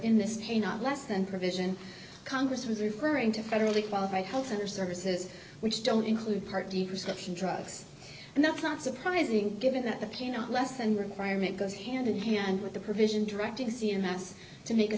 in this pay not less than provision congress was referring to federally qualified health and or services which don't include part d prescription drugs and that's not surprising given that the piano lesson requirement goes hand in hand with the provision directing c m s to make a